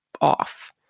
off